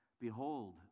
Behold